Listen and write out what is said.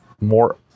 more